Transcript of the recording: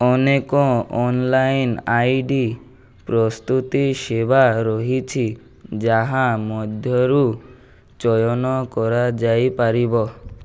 ଅନେକ online I D ପ୍ରସ୍ତୁତି ସେବା ରହିଛି ଯାହା ମଧ୍ୟରୁ ଚୟନ କରାଯାଇପାରିବ